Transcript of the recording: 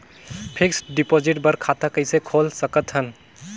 Fixed deposit बर खाता कइसे खोल सकत हन?